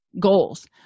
goals